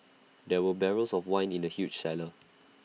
there were barrels of wine in the huge cellar